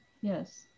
Yes